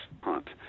hunt